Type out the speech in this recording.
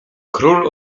król